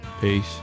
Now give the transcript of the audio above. Peace